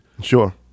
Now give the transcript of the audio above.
Sure